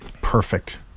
Perfect